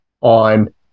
on